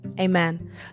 Amen